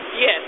Yes